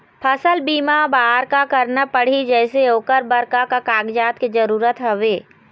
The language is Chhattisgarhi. फसल बीमा बार का करना पड़ही जैसे ओकर बर का का कागजात के जरूरत हवे?